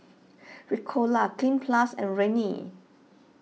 Ricola Cleanz Plus and Rene